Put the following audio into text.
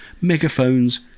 megaphones